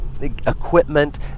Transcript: equipment